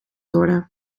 worden